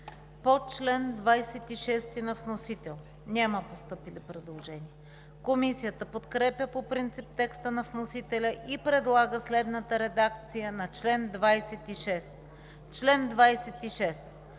По чл. 37 на вносител няма постъпили предложения. Комисията подкрепя по принцип текста на вносителя и предлага следната редакция на чл. 37: „Чл. 37.